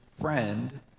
friend